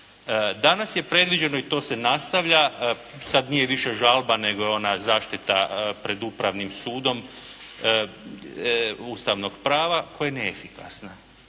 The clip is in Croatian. Danas je predviđeno i to se nastavlja, sad nije više žalba nego je ona zaštita pred Upravnim sudom ustavnog prava koje je neefikasna.